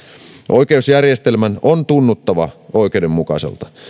oikeusjärjestelmän on tunnuttava oikeudenmukaiselta